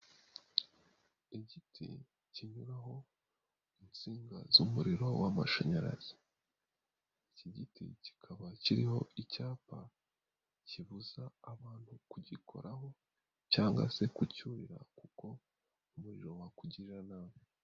Igiti kinyuraho insinga z'umuriro w'amashanyarazi. Iki giti kikaba kiriho icyapa kibuza abantu kugikoraho cyangwa se kuncyurira kuko umuriro wakugirira nabi.